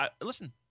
Listen